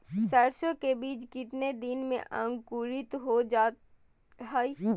सरसो के बीज कितने दिन में अंकुरीत हो जा हाय?